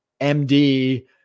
MD